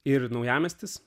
ir naujamiestis